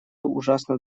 ужасно